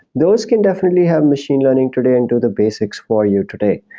those can definitely have machine learning today and do the basics for you today.